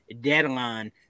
deadline